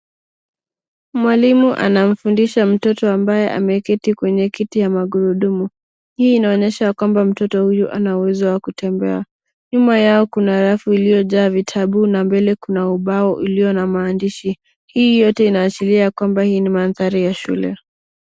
Mwalimu anamfundisha mtoto ambaye ameketi kwenye kiti ya magurudumu. Hii inaonyesha ya kwamba mtoto huyu hana uwezo wa kutembea. Nyuma yao kuna rafu iliyojaa vitabu na mbele kuna ubao ulio na maandishi. Hii yote inaashiria ya kwamba hii ni mandhari ya shule.